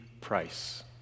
Price